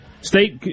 State